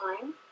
time